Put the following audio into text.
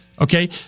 okay